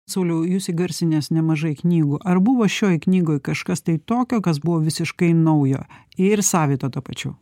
sauliau jūs įgarsinęs nemažai knygų ar buvo šioj knygoj kažkas tai tokio kas buvo visiškai naujo ir savito tuo pačiu